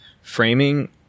framing